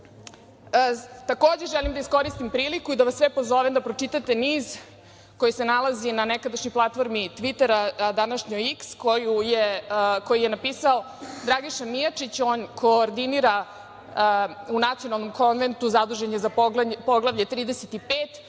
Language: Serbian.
želim da iskoristim priliku da vas sve pozovem da pročitate niz koji se nalazi na nekadašnjoj platformi „Tvitera“, a današnjoj „IKS“ koji je napisao Dragiša Mijačić. On koordinira u Nacionalnom konventu. Zaduženim za Poglavlje 35.